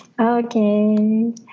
Okay